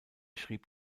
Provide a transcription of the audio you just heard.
schrieb